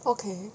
okay